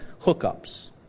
hookups